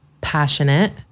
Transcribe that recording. passionate